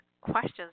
questions